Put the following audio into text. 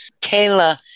Kayla